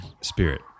spirit